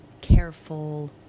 careful